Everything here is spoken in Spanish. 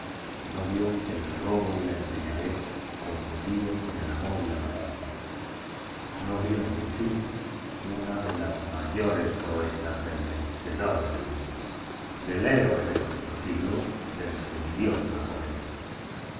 no vio el robo y la embriaguez confundidos con el amor y la matanza no vio en fin una de las mayores proezas del vencedor del mundo del héroe de nuestro siglo del semidiós napoleón